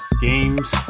games